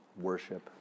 Worship